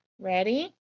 Ready